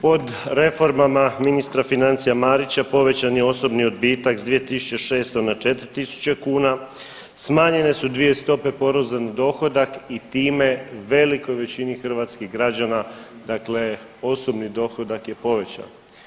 Pod reformama ministra financija Marića povećan je osobni odbitak s 2.600 na 4.000 kuna, smanjene su dvije stope poreza na dohodak i time velikoj većini hrvatskih građana dakle osobni dohodak je povećan.